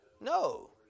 No